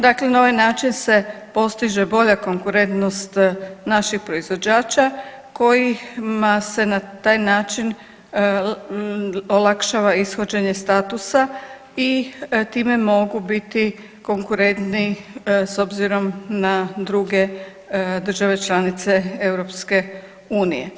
Dakle, na ovaj način se postiže bolja konkurentnost naših proizvođača kojima se na taj način olakšava ishođenje statusa i time mogu biti konkurentni s obzirom na druge države članice EU.